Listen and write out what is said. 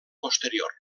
posterior